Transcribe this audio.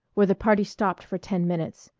where the party stopped for ten minutes.